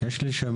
אין שאלה.